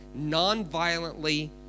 nonviolently